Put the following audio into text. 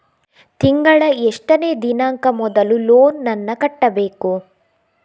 ತಿಂಗಳ ಎಷ್ಟನೇ ದಿನಾಂಕ ಮೊದಲು ಲೋನ್ ನನ್ನ ಕಟ್ಟಬೇಕು?